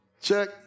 Check